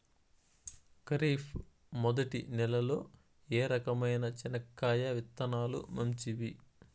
ఖరీఫ్ మొదటి నెల లో ఏ రకమైన చెనక్కాయ విత్తనాలు మంచివి